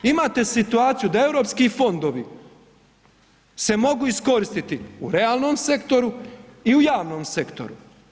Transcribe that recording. Imate situaciju da Europski fondovi se mogu iskoristiti u realnom sektoru i u javnom sektoru.